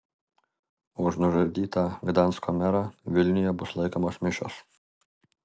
už nužudytą gdansko merą vilniuje bus laikomos mišios